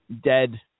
dead